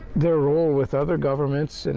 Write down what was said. their role with other governments. and